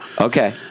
okay